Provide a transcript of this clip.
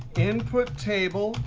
input table,